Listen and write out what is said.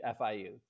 FIU